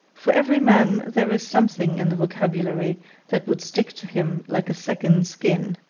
for every man there is something in the vocabulary that would stick to him like a second skin.